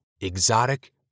exotic